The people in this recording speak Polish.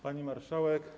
Pani Marszałek!